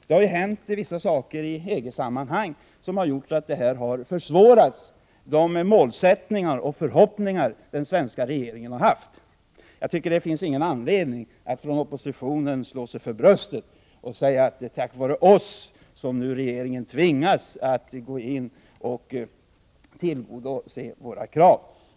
Det har hänt en del saker i EG-sammanhang som har försvårat genomförandet av de målsättningar och "förhoppningar den svenska regeringen har haft. Jag tycker inte det finns anledning för oppositionen att slå sig för bröstet och säga: Det är tack vare oss som regeringen tvingas tillgodose dessa krav.